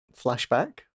flashback